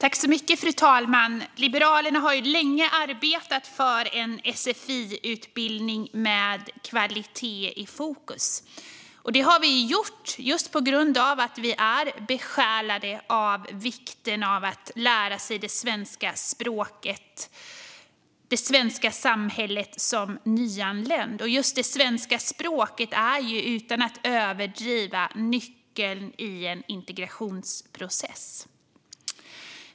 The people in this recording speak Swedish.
Fru talman! Liberalerna har länge arbetat för en sfi-utbildning med kvalitet i fokus. Det har vi gjort just på grund av att vi är besjälade av vikten av att som nyanländ lära sig det svenska språket och det svenska samhället. Just det svenska språket är ju, utan att överdriva, nyckeln i en integrationsprocess.